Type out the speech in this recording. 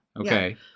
Okay